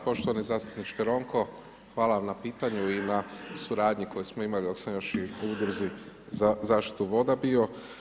Poštovani zastupniče Ronko, hvala vam na pitanju i na suradnji koju smo imali dok sam još i u Udruzi za zaštitu voda bio.